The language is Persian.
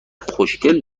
خوشکل